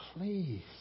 please